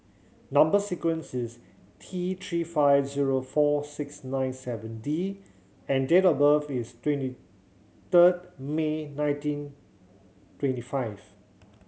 number sequence is T Three five zero four six nine seven D and date of birth is twenty third May nineteen twenty five